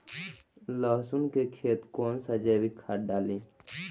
लहसुन के खेत कौन सा जैविक खाद डाली?